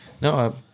No